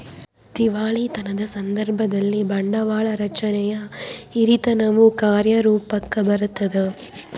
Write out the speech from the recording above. ದಿವಾಳಿತನದ ಸಂದರ್ಭದಲ್ಲಿ, ಬಂಡವಾಳ ರಚನೆಯ ಹಿರಿತನವು ಕಾರ್ಯರೂಪುಕ್ಕ ಬರತದ